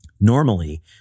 normally